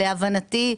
להבנתי,